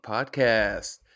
Podcast